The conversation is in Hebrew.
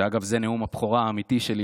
שאגב זה נאום הבכורה האמיתי שלי,